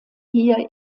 hier